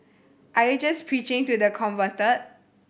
are you just preaching to the converted